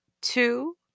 Two